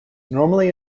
normally